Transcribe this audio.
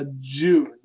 June